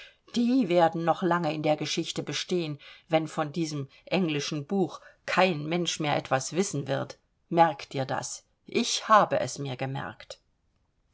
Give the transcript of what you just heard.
die werden noch lange in der geschichte bestehen wenn von diesem englischen buch da kein mensch mehr etwas wissen wird merk dir das ich habe es mir gemerkt